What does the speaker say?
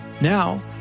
Now